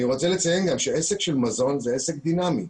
אני רוצה לציין שעסק של מזון הוא עסק דינמי.